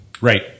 Right